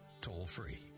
toll-free